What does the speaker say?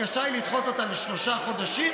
הבקשה היא לדחות אותה בשלושה חודשים,